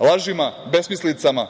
lažima, besmislicama